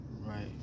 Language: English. Right